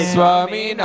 Swami